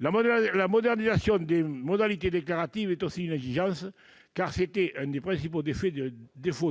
La modernisation des modalités déclaratives est aussi une exigence, car c'était un des principaux défauts